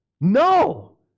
No